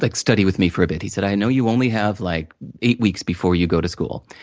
like study with me for a bit, he said, i know you only have like eight weeks before you go to school.